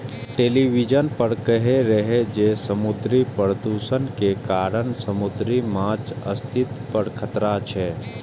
television पर कहै रहै जे समुद्री प्रदूषण के कारण समुद्री माछक अस्तित्व पर खतरा छै